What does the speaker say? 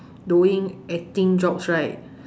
doing acting jobs right